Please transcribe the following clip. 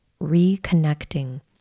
reconnecting